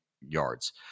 yards